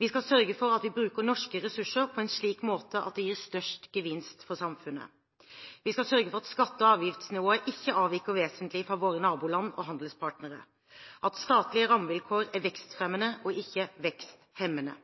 Vi skal sørge for at vi bruker norske ressurser på en slik måte at det gir størst gevinst for samfunnet. Vi skal sørge for at skatte- og avgiftsnivået ikke avviker vesentlig fra våre naboland og handelspartnere, og at statlige rammevilkår er vekstfremmende og ikke veksthemmende.